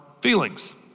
feelings